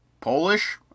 Polish